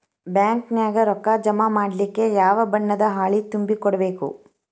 Bank ನ್ಯಾಗ ರೊಕ್ಕಾ ಜಮಾ ಮಾಡ್ಲಿಕ್ಕೆ ಯಾವ ಬಣ್ಣದ್ದ ಹಾಳಿ ತುಂಬಿ ಕೊಡ್ಬೇಕು?